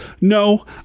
No